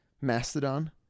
Mastodon